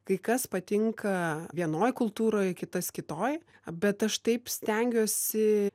kai kas patinka vienoj kultūroj kitas kitoj bet aš taip stengiuosi